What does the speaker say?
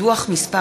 דוח מס'